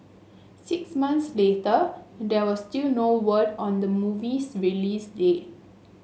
six months later there was still no word on the movie's release date